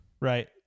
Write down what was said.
right